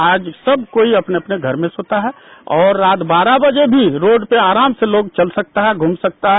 अब सब कोई अपने अपने घर में सोता है और रात बारह बजे भी रोड पर लोग आराम से चल सकता है घुम सकता है